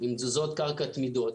עם תזוזות קרקע תמידיות,